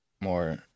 more